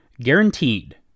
Guaranteed